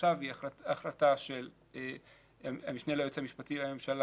עכשיו היא ההחלטה של המשנה ליועץ המשפטי לממשלה,